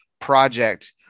project